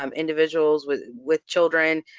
um individuals with with children,